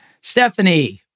Stephanie